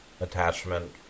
attachment